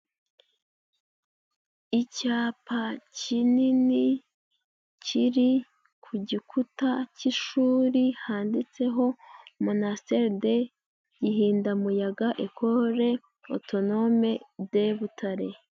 Icyapa kinini, kiri ku gikuta cy'ishuri. Handitseho Monastere de gihidamuyaga Ecole Autonome de Butare.